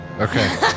Okay